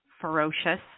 Ferocious